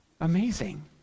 amazing